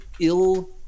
ill